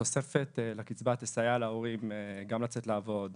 התוספת לקצבה תסייע להורים גם לצאת לעבוד,